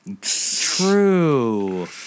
True